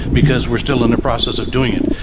because we're still in a process of doing it.